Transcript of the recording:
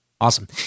Awesome